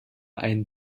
einen